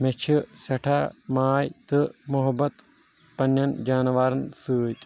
مےٚ چھِ سیٹھاہ ماے تہٕ محبت پنٕنٮ۪ن جاناوارَن سۭتۍ